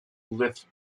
lift